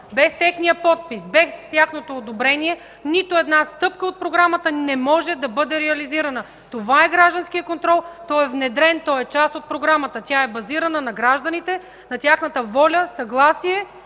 без техния подпис, без тяхното одобрение нито една стъпка от програмата не може да бъде реализирана. Това е гражданският контрол. Той е внедрен, част е от програмата. Тя е базирана на гражданите, на тяхната воля, съгласие,